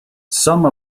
some